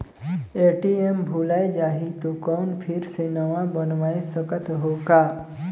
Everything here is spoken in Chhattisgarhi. ए.टी.एम भुलाये जाही तो कौन फिर से नवा बनवाय सकत हो का?